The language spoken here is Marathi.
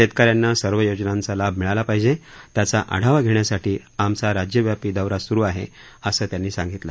शेतकऱ्यांना सर्व योजनांचा लाभ मिळाला पाहिजे त्याचा आढावा घेण्यासाठी आमचा राज्यव्यापी दौरा सुरू आहे असं त्यांनी सांगितलं